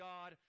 God